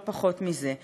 לא פחות מזה.